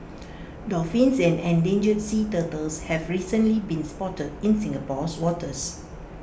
dolphins and endangered sea turtles have recently been spotted in Singapore's waters